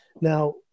Now